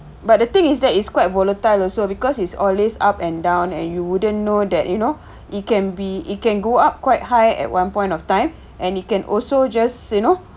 but the thing is that it's quite volatile also because is always up and down and you wouldn't know that you know it can be it can go up quite high at one point of time and it can also just you know